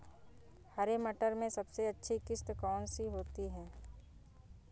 हरे मटर में सबसे अच्छी किश्त कौन सी होती है?